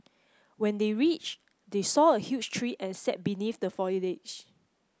when they reached they saw a huge tree and sat beneath the foliage